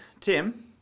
Tim